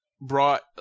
brought